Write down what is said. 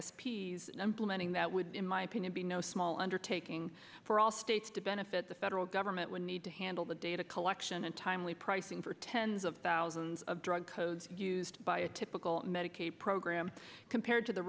p s implementing that would in my opinion be no small undertake king for all states to benefit the federal government would need to handle the data collection and timely pricing for tens of thousands of drug codes used by a typical medicaid program compared to the